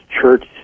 church